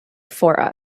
for